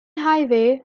highway